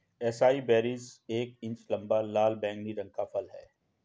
acai berries एक inch लंबा, लाल बैंगनी रंग का फल है